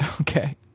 Okay